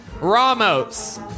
Ramos